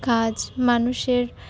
কাজ মানুষের